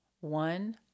one